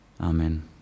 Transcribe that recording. Amen